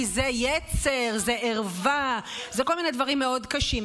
כי זה יצר, זו ערווה, זה כל מיני דברים מאוד קשים.